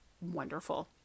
wonderful